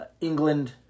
England